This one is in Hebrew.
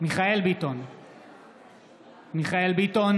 מיכאל מרדכי ביטון,